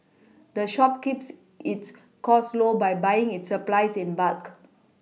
the shop keeps its costs low by buying its supplies in bulk